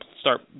start